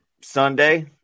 Sunday